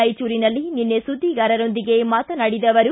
ರಾಯಚೂರಿನಲ್ಲಿ ನಿನ್ನೆ ಸುದ್ದಿಗಾರರೊಂದಿಗೆ ಮಾತನಾಡಿದ ಅವರು